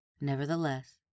nevertheless